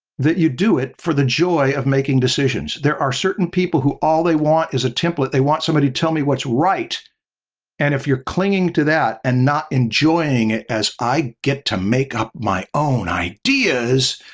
that you do it for the joy of making decisions. there are certain people who all they want is a template. they want somebody to tell me what's right and if you're clinging to that and not enjoying it as i get to make up my own ideas,